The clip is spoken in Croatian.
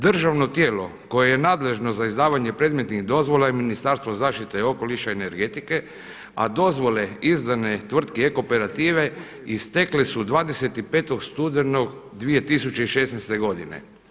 Državno tijelo koje je nadležno za izdavanje predmetnih dozvola je Ministarstvo zaštite okoliša i energetike a dozvole izdane tvrtki Ecooperativa istekli su 25. studenog 2016. godine.